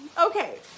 Okay